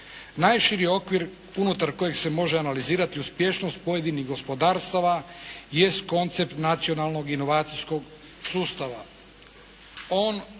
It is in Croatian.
Najširi okvir unutar kojeg se može analizirati uspješnost pojedinih gospodarstava jest koncept nacionalnog inovacijskog sustava.